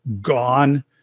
gone